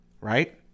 Right